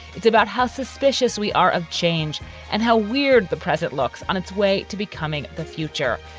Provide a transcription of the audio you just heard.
it's about how suspicious we are of change and how weird the present looks on its way to becoming the future.